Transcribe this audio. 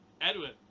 Edwin